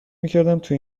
میکردم، تو